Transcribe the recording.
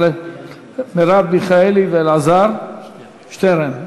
מרב מיכאלי ואלעזר שטרן.